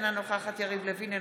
אינה נוכחת יריב לוין,